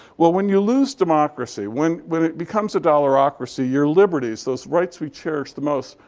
well, when you lose democracy, when when it becomes a dollarocracy, your liberties, those rights we cherish the most,